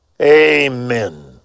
Amen